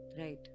Right